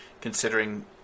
considering